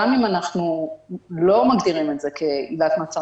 גם אם אנחנו לא מגדירים את זה כעילת מעצר